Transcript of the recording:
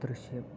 ദൃശ്യം